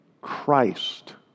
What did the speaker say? Christ